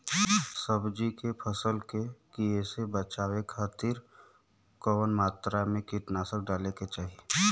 सब्जी के फसल के कियेसे बचाव खातिन कवन मात्रा में कीटनाशक डाले के चाही?